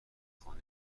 خانه